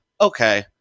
okay